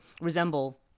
resemble